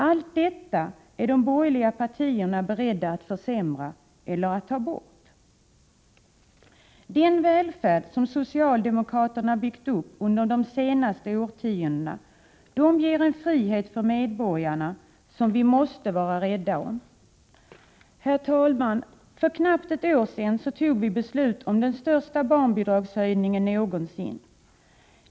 Allt detta är de borgerliga partierna beredda att försämra eller att ta bort. Den välfärd som socialdemokraterna byggt upp under de senaste årtiondena ger en frihet för medborgarna som vi måste vara rädda om. Herr talman! För knappt ett år sedan fattade vi beslut om den största barnbidragshöjningen någonsin.